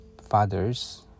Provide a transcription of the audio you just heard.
fathers